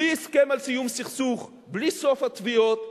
בלי הסכם על סיום סכסוך, בלי סוף התביעות,